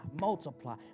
multiply